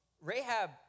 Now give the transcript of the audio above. Rahab